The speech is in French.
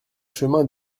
chemin